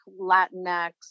latinx